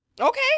okay